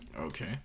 Okay